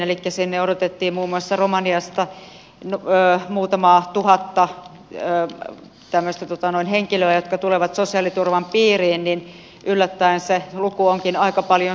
elikkä sinne odotettiin muun muassa romaniasta muutamaa tuhatta henkilöä jotka tulevat sosiaaliturvan piiriin mutta yllättäen se luku onkin aika paljon suurempi